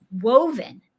woven